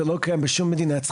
ולא קיים בשום מדינה.